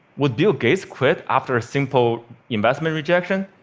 would bill gates quit after a simple investment rejection?